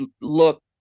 look